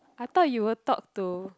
I thought you will talk to